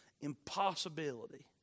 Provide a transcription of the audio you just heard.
impossibility